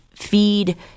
feed